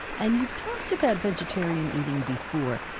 and you've talked about vegetarian eating before.